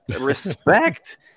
respect